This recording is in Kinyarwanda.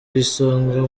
isonga